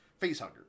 facehugger